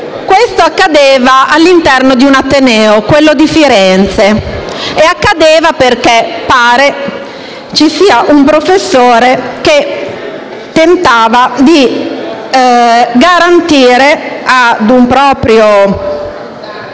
Questo accadeva all'interno di un ateneo, quello di Firenze, dove pare ci fosse un professore che tentava di garantire ad un proprio